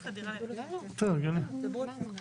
טוב, הגיוני.